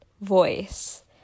voice